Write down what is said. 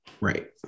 right